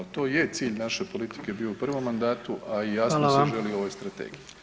To je cilj naše politike bio u prvom mandatu, a i jasno se [[Upadica: Hvala vam.]] želi u ovoj strategiji.